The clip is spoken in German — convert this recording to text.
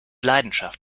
leidenschaft